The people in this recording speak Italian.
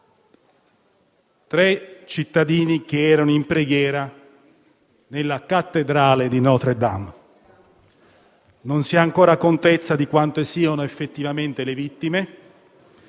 tre cittadini che erano in preghiera nella cattedrale di Notre-Dame. Non si ha ancora contezza di quante siano effettivamente le vittime,